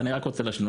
אני רק רוצה להשלים.